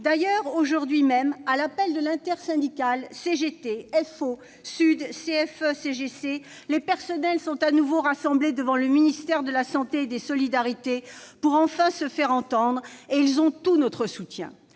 D'ailleurs, aujourd'hui même, à l'appel de l'intersyndicale CGT, FO, SUD, CFE-CGC, les personnels sont de nouveau rassemblés devant le ministère des solidarités et de la santé pour se faire enfin entendre, et ils ont tout notre soutien